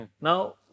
Now